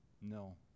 No